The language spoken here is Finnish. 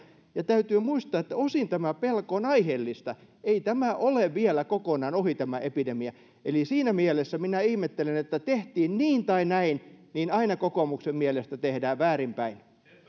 ja täytyy muistaa että osin tämä pelko on aiheellista ei tämä epidemia ole vielä kokonaan ohi eli siinä mielessä minä ihmettelen että tehtiin niin tai näin niin aina kokoomuksen mielestä tehdään väärin päin